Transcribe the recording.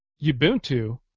Ubuntu